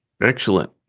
Excellent